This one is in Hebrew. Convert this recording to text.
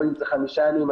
או אם זה חמישה ימים,